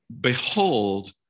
Behold